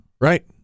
right